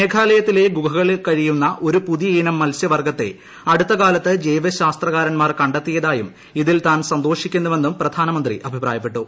മേഘാലയ ത്തിലെ ഗുഹകളിൽ കഴിയുന്ന ഒരു പുതിയ ഇനം മത്സ്യവർഗ്ഗത്തെ അടുത്ത കാലത്ത് ജൈവശാസ്ത്രകാര ന്മാർ കണ്ടെത്തിയതായും ഇതിൽ താൻ സന്തോഷിക്കുന്നുവെന്നും പ്രധാനമന്ത്രി അഭിപ്രായപ്പെട്ടു